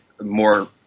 more